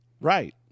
Right